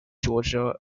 georgia